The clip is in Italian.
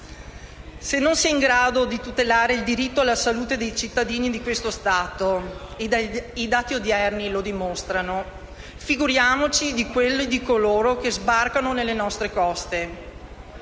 Se non si è in grado di tutelare il diritto alla salute dei cittadini di questo Stato (e i dati odierni lo dimostrano) figuriamoci quello di coloro che sbarcano sulle nostre coste.